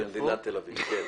במדינת תל אביב, כן.